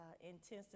Intensive